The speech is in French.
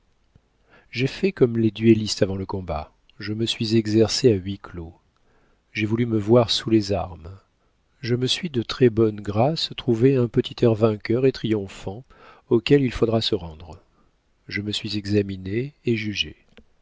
j'ai fait comme les duellistes avant le combat je me suis exercée à huis-clos j'ai voulu me voir sous les armes je me suis de très-bonne grâce trouvé un petit air vainqueur et triomphant auquel il faudra se rendre je me suis examinée et jugée